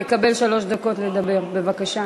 תקבל שלוש דקות לדבר, בבקשה.